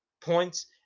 points